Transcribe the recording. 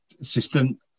assistant